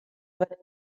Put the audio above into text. but